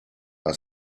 are